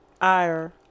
ire